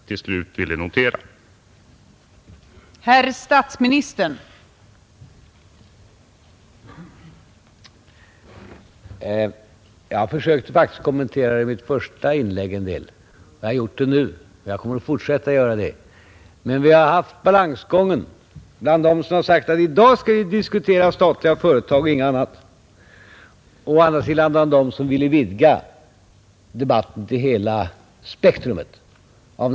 Jag har alltså inte rest frågan i debattens sista minut.